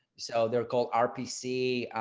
so they're called rpc